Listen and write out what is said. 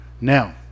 now